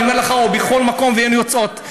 אני אומר לך, בכל מקום, והן יוצאות.